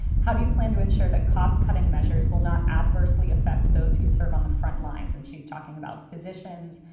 how do you plan to ensure that cost-cutting measures will not adversely affect those who serve on the front lines? and she's talking about physicians,